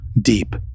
deep